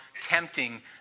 tempting